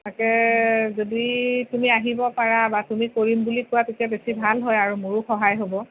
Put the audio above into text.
তাকে যদি তুমি আহিব পাৰা বা তুমি কৰিম বুলি কোৱা তেতিয়া বেছি ভাল হয় আৰু মোৰো সহায় হ'ব